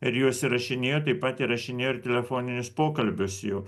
ir juos įrašinėjo taip pat įrašinėjo telefoninius pokalbius jų